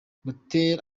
butera